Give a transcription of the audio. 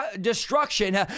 destruction